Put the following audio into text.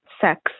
sex